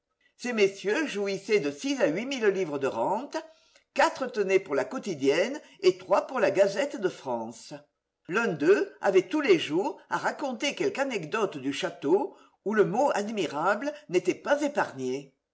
ces messieurs jouissaient de six à huit mille livres de rente quatre tenaient pour ta quotidienne et trois pour la gazette de france l'un d'eux avait tous les jours à raconter quelque anecdote du château où le mot admirable n'était pas épargné